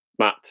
Matt